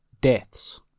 deaths